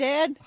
Dad